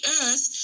earth